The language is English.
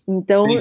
Então